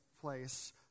place